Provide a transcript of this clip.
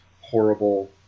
horrible